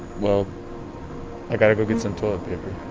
well i gotta go get some toilet paper